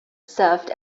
served